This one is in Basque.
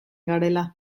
garela